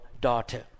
daughter